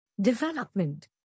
Development